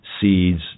seeds